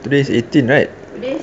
today's eighteen right